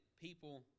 people